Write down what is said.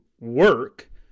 work